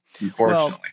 unfortunately